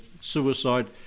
suicide